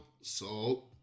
salt